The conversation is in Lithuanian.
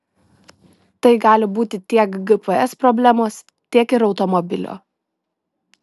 tai gali būti tiek gps problemos tiek ir automobilio